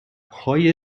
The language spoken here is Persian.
های